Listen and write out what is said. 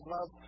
Love